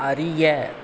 அறிய